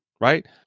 right